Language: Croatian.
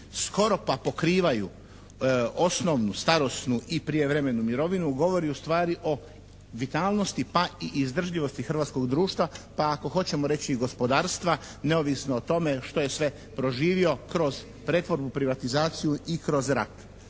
skoro pa pokrivaju osnovnu starosnu i prijevremenu mirovinu govori ustvari o vitalnosti, pa i izdržljivosti hrvatskog društva, pa ako hoćemo reći i gospodarstva neovisno o tome što je sve proživio kroz pretvorbu i privatizaciju i kroz rat.